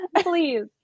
please